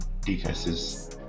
defenses